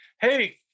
Hey